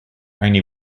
only